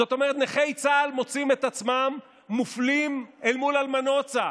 זאת אומרת נכי צה"ל מוצאים את עצמם מופלים אל מול אלמנות צה"ל.